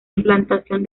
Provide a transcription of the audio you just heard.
implantación